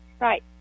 Right